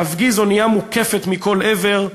להפגיז אונייה מוקפת מכל עבר,